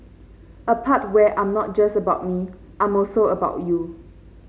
a part where I'm not just about me I'm also about you